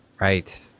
Right